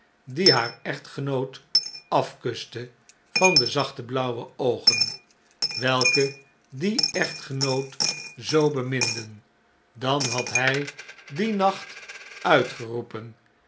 die haar echtgenoot afkuste van de zachte blauwe oogen welke dien echtgenoot zoo beminden dan had hjj dien nacht uitgeroepen